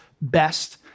best